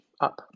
up